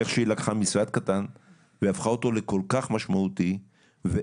איך שהיא לקחה משרד קטן והפכה אותו לכל כך משמעותי ואיך